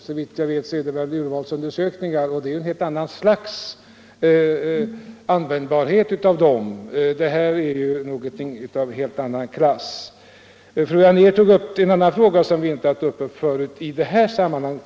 Såvitt jag förstår syftar han på statistiska centralbyråns urvalsundersökningar, och användbarheten av dessa är en helt annan. Folkoch bostadsräkningen är någonting mycket större. Fru Anér tog upp en annan fråga, som vi tidigare inte diskuterat i just det här sammanhanget.